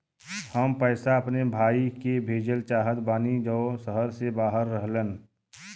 हम पैसा अपने भाई के भेजल चाहत बानी जौन शहर से बाहर रहेलन